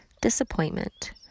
Disappointment